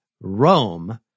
Rome